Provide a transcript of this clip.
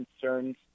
concerns